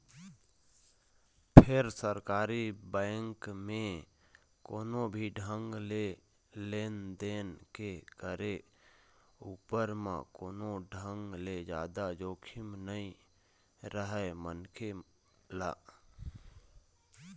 फेर सरकारी बेंक म कोनो भी ढंग ले लेन देन के करे उपर म कोनो ढंग ले जादा जोखिम नइ रहय मनखे ल